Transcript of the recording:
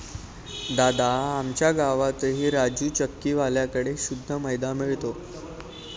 दादा, आमच्या गावातही राजू चक्की वाल्या कड़े शुद्ध मैदा मिळतो